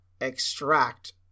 extract